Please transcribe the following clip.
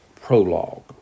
prologue